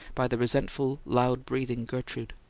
by the resentful, loud-breathing gertrude.